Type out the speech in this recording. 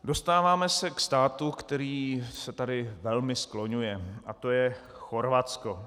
Dostáváme se k státu, který se tady velmi skloňuje, a to je Chorvatsko.